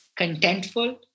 contentful